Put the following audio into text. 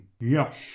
Yes